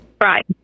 right